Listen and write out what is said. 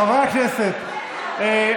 חברי הכנסת,